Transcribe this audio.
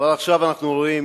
כבר עכשיו אנחנו רואים